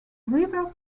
river